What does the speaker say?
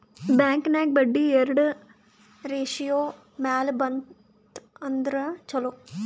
bank ನಾಗ್ ಬಡ್ಡಿ ಎರಡು ratio ಮ್ಯಾಲ ಬಂತ್ ಅಂದುರ್ ಛಲೋ